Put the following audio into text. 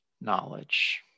knowledge